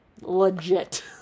legit